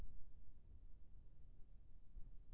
पैसा जमा करे से कतेक ब्याज मिलही?